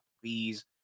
Please